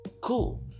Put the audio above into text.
Cool